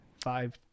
Five